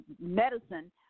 medicine